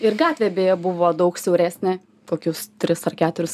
ir gatvė beje buvo daug siauresnė kokius tris ar keturis